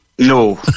No